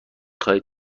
خواهید